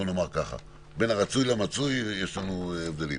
בין הרצוי למצוי יש הבדל.